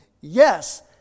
yes